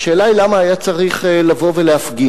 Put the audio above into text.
השאלה היא למה היה צריך לבוא ולהפגין.